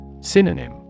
Synonym